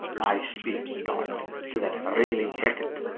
i speake not to that rayling hecate,